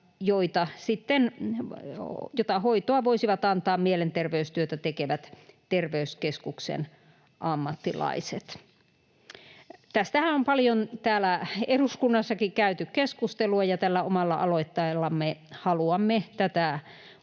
tätä hoitoa voisivat antaa mielenterveystyötä tekevät terveyskeskuksen ammattilaiset. Tästähän on paljon täällä eduskunnassakin käyty keskustelua, ja tällä omalla aloitteellamme haluamme tätä